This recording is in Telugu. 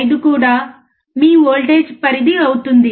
5 కూడా మీ వోల్టేజ్ పరిధి అవుతుంది